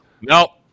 No